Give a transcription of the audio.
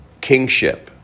kingship